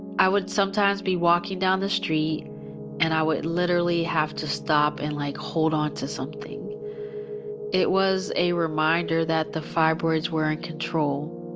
i would sometimes be walking down the street and i would literally need to stop and like hold on to something it was a reminder that the fibroids were in control